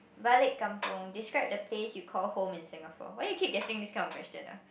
Balik Kampung describe the place you call home in Singapore